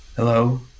Hello